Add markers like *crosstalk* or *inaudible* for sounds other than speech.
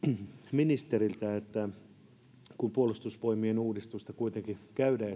ministeriltä kun keskustelua puolustusvoimien uudistuksesta kuitenkin käydään *unintelligible*